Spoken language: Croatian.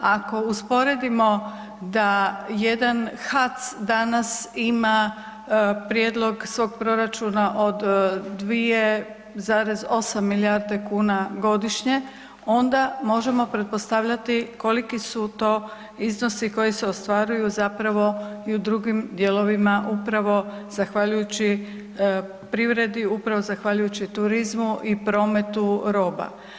Ako usporedimo da jedan HAC danas ima prijedlog svog proračuna od 2,8 milijarde kuna godišnje onda možemo pretpostavljati koliki su to iznosi koji se ostvaruju zapravo i u drugim dijelovima upravo zahvaljujući privredi, upravo zahvaljujući turizmu i prometu roba.